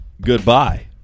goodbye